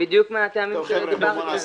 בדיוק מהטעמים שדיברתי עליהם.